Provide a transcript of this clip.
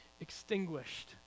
extinguished